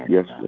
Yes